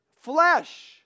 flesh